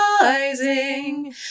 rising